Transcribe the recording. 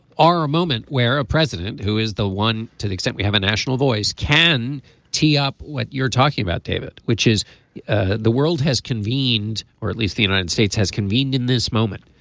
are a moment where a president who is the one the extent we have a national voice can tee up what you're talking about david which is ah the world has convened or at least the united states has convened in this moment.